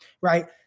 Right